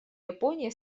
япония